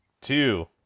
two